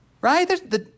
Right